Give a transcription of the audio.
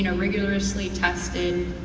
you know rigorously tested,